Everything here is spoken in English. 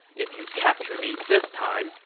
if you capture me this time,